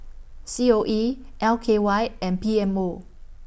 C O E L K Y and P M O